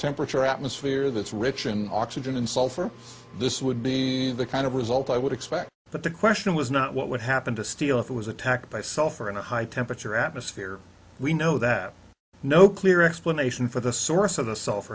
temperature atmosphere that's rich and oxygen and sulfur this would be the kind of result i would expect but the question was not what would happen to steel if it was attacked by sulfur in a high temperature atmosphere we know that no clear explanation for the source of the sulf